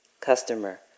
Customer